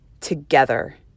together